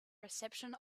reception